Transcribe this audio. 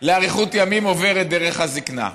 לאריכות ימים עוברת דרך הזקנה.